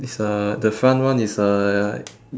it's a the front one is a like